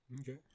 Okay